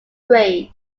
grade